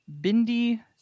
Bindi